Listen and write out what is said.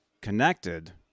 connected